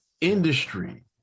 industry